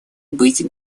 быть